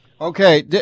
Okay